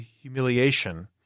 humiliation